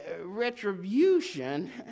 retribution